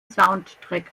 soundtrack